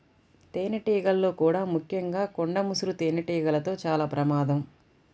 తేనెటీగల్లో కూడా ముఖ్యంగా కొండ ముసురు తేనెటీగలతో చాలా ప్రమాదం